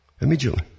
Immediately